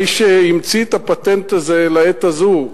מי שהמציא את הפטנט הזה לעת הזו,